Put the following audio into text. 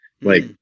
Like-